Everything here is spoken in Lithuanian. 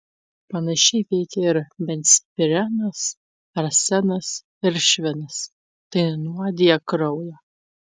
panašiai veikia ir benzpirenas arsenas ir švinas tai nuodija kraują